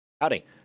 Howdy